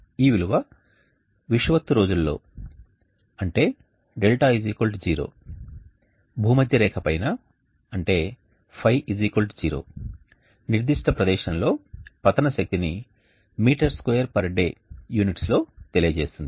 ఈ విలువ విషువత్తు రోజులలో δ0 భూమధ్యరేఖ పైన ϕ0 నిర్దిష్ట ప్రదేశంలో పతన శక్తిని m2day యూనిట్స్ లో తెలియజేస్తుంది